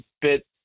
bit